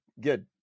good